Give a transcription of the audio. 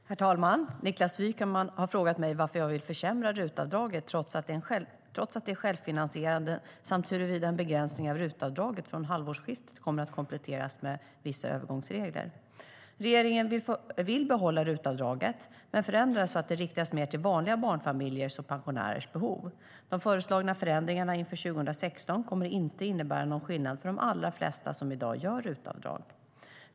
Svar på interpellationer Herr talman! Niklas Wykman har frågat mig varför jag vill försämra RUT-avdraget trots att det är självfinansierande samt huruvida en begränsning av RUT-avdraget från halvårsskiftet kommer att kompletteras med vissa övergångsregler. Regeringen vill behålla RUT-avdraget men förändra det så att det riktas mer till vanliga barnfamiljers och pensionärers behov. De föreslagna förändringarna inför 2016 kommer inte att innebära någon skillnad för de allra flesta som i dag gör RUT-avdrag.